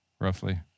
roughly